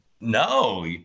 no